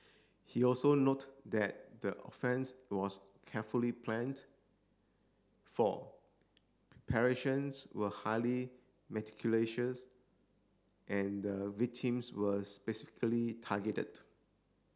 he also note that the offence was carefully planned for were highly and the victims were specifically targeted